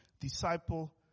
disciple